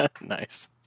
Nice